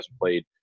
played